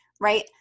right